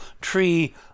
tree